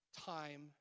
time